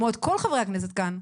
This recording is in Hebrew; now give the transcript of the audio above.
כמו כל חברי הכנסת כאן,